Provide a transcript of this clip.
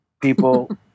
People